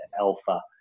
alpha